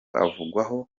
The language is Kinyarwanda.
avugwaho